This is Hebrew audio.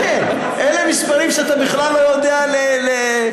אלה מספרים שאתה בכלל לא יודע לקלוט,